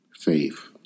faith